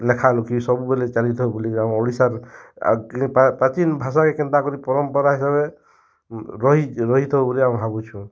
ଲେଖାଲୁଖି ସବୁବେଲେ ଚାଲିଥାଉ ବୋଲିକି ଆମ ଓଡ଼ିଶାର ଆଗେ ପ୍ରାଚିନ୍ ଭାଷା କେ କେନ୍ତା କରି ପରମ୍ପରା ହିସାବରେ ରହି ରହି ଥବ ବୋଲି ଆମେ ଭବୁଛୁଁ